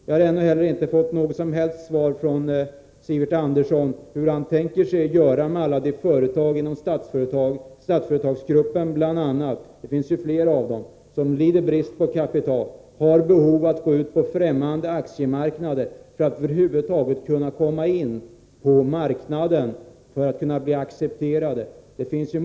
Jag har ännu inte fått något som helst svar från Sivert Andersson på min fråga om hur han tänker sig att man kan göra med alla de företag inom Statsföretagsgruppen som lider brist på kapital och som har behov av att gå ut på främmande aktiemarknader för att över huvud taget kunna bli accepterade på marknaden.